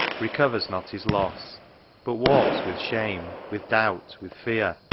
recovers not his loss but walks with shame, with doubt, with fear,